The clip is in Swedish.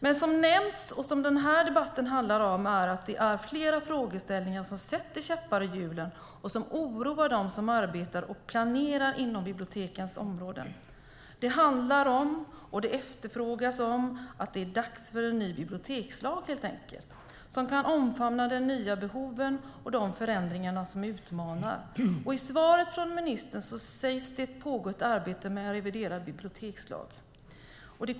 Men som nämnts och som den här debatten handlar om finns det flera frågeställningar som sätter käppar i hjulen och som oroar dem som arbetar och planerar inom bibliotekens områden. En ny bibliotekslag efterfrågas. Det är helt enkelt dags för en ny bibliotekslag som kan omfamna de nya behoven och de förändringar som utmanar. I svaret från ministern sägs det att det pågår ett arbete med en reviderad bibliotekslag.